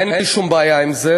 אין לי שום בעיה עם זה,